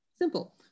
simple